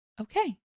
okay